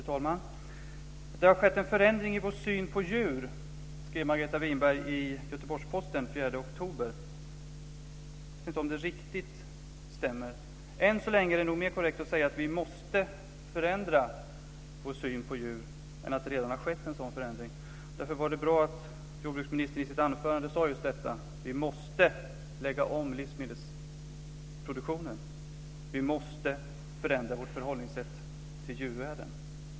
Fru talman! Det har skett en förändring i vår syn på djur, skrev Margareta Winberg i Göteborgs-Posten den 4 oktober. Jag vet inte om det riktigt stämmer. Än så länge är det nog mer korrekt att säga att vi måste förändra vår syn på djur än att det redan har skett en sådan förändring. Därför var det bra att jordbruksministern i sitt anförande sade just detta: Vi måste lägga om livsmedelsproduktionen. Vi måste förändra vårt förhållningssätt till djurvärlden.